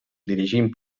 dirigint